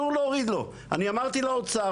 אני אמרתי לאוצר,